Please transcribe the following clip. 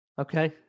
Okay